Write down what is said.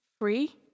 free